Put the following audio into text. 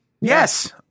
Yes